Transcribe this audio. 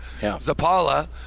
Zapala